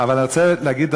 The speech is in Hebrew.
אבל אני רוצה להגיד,